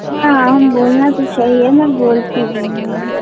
हाँ बोलना तो चाहिए मैं बोलती भी हूँ